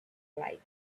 light